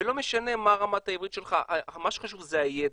ולא משנה מה רמת העברית שלך, מה שחשוב זה הידע.